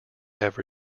have